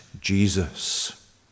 Jesus